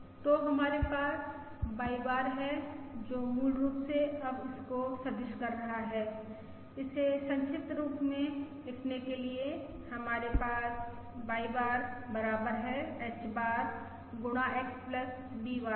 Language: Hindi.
तो हमारे पास Y बार है जो मूल रूप से अब इसको सदिश कर रहा है इसे संक्षिप्त रूप में लिखने के लिए हमारे पास Y बार बराबर है H बार गुणा X V बार के